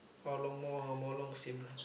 how long more more long seem lah